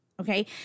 Okay